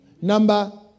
number